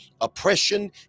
Oppression